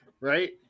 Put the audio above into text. Right